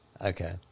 okay